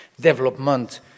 development